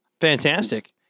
Fantastic